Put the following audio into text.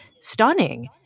stunning